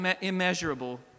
immeasurable